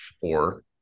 four